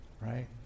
right